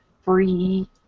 free